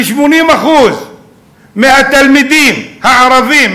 ו-80% מהתלמידים הערבים,